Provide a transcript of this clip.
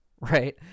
right